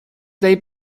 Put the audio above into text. they